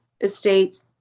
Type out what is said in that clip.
estate